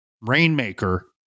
Rainmaker